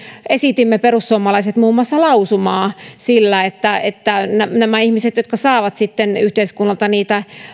esitimme muun muassa lausumaa siitä että nämä ihmiset jotka saavat yhteiskunnalta